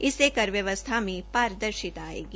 इससे कर व्यवस्था में पारदर्शिता आयेगी